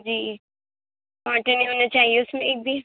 جی کانٹے نہیں ہونے چاہیے اس میں ایک بھی